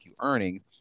earnings